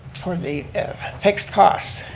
for the fixed costs